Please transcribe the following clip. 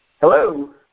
Hello